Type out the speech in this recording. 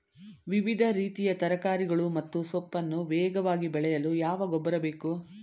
ವಿವಿಧ ರೀತಿಯ ತರಕಾರಿಗಳು ಮತ್ತು ಸೊಪ್ಪನ್ನು ವೇಗವಾಗಿ ಬೆಳೆಯಲು ಯಾವ ಗೊಬ್ಬರ ಬೇಕು?